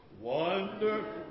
Wonderful